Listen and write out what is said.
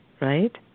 Right